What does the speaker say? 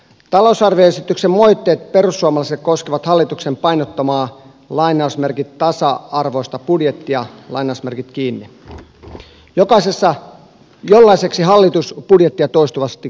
talousarvioesityksen moitteet perussuomalaisilla koskevat hallituksen painottamaa tasa arvoista budjettia jollaiseksi hallitus budjettia toistuvasti kutsuu